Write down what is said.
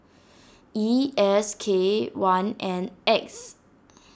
E S K one N X